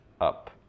up